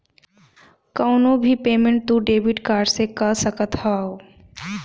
कवनो भी पेमेंट तू डेबिट कार्ड से कअ सकत हवअ